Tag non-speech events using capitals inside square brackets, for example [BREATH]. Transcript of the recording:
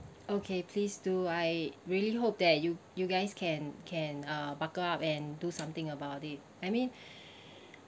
okay please do I really hope that you you guys can can uh buckle up and do something about it I mean [BREATH]